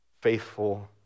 faithful